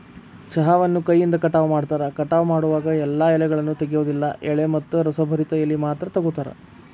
ಚಹಾವನ್ನು ಕೈಯಿಂದ ಕಟಾವ ಮಾಡ್ತಾರ, ಕಟಾವ ಮಾಡೋವಾಗ ಎಲ್ಲಾ ಎಲೆಗಳನ್ನ ತೆಗಿಯೋದಿಲ್ಲ ಎಳೆ ಮತ್ತ ರಸಭರಿತ ಎಲಿ ಮಾತ್ರ ತಗೋತಾರ